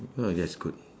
oh that's good